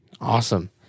Awesome